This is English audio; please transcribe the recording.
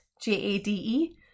J-A-D-E